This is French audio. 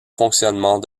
fonctionnement